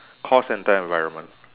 call centre environment